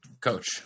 Coach